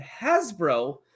Hasbro